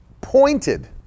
pointed